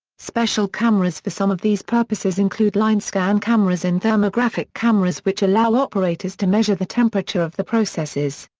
special cameras for some of these purposes include line-scan cameras and thermographic cameras which allow operators to measure the temperature of the processes.